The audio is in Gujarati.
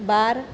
બાર